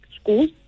schools